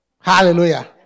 Hallelujah